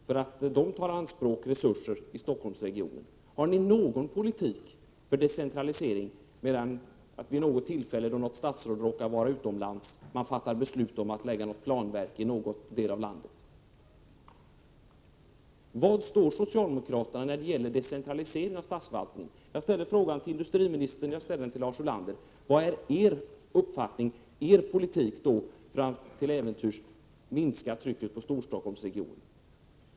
De tar i anspråk resurser i Stockholmsregionen. Har ni någon politik för decentralisering mer än att man vid något tillfälle, då något statsråd råkar vara utomlands, fattar beslut om att förlägga ett verk till någon del av landet? Var står socialdemokraterna när det gäller decentralisering av statsförvaltningen? Jag ställer frågan till industriministern, och jag ställer den till Lars Ulander: Vilken är er politik för att till äventyrs minska trycket på Storstockholmsregionen?